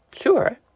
Sure